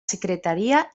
secretaria